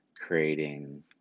creating